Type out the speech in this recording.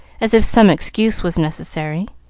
as if some excuse was necessary.